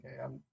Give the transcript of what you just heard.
okay